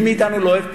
מי מאתנו לא אוהב פיוס?